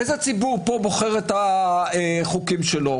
איזה ציבור פה בוחר את החוקים שלו?